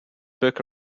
book